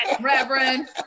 Reverend